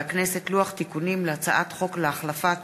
הכנסת לוח תיקונים להצעת חוק להחלפת